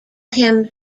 him